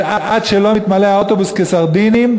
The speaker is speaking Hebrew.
שעד שלא מתמלא האוטובוס כקופסת סרדינים,